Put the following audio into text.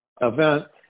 event